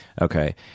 okay